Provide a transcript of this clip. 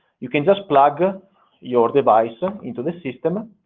you can just plug ah your device and into the system,